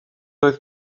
oedd